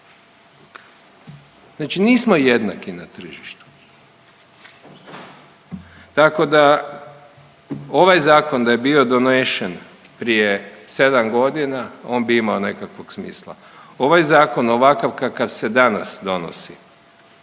Znači nismo jednaki na tržištu. Tako da ovaj zakon da je bio donešen prije 7 godina on bi imao nekakvog smisla. Ovaj zakon ovakav kakav se danas donosi